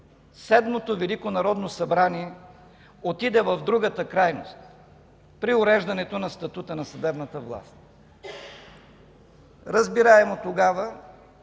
Седмото велико народно събрание, отиде в другата крайност при уреждането на статута на съдебната власт. Разбираемо тогава